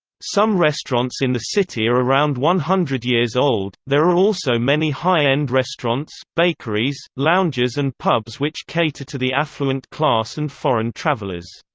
some restaurants in the city are around one hundred years old there are also many high-end restaurants, bakeries, lounges and pubs which cater to the affluent class and foreign travellers.